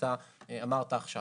לגבי